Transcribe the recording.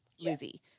Lizzie